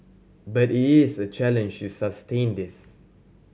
but it is a challenge to sustain this